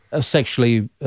sexually